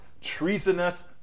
treasonous